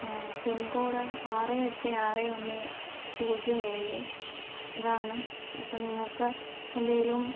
pincode ആറ് എട്ട് ആറ് ഒന്ന് പൂജ്യം ഏഴ് ഇതാണ് അപ്പോൾ നിങ്ങൾക്ക് എന്തെങ്കിലും